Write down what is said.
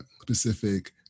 specific